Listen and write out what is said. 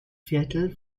viertel